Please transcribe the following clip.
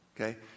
okay